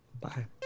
Bye